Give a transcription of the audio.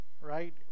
right